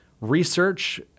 research